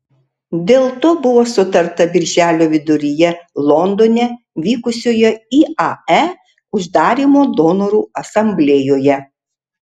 dėl to buvo sutarta birželio viduryje londone vykusioje iae uždarymo donorų asamblėjoje